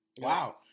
Wow